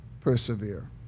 persevere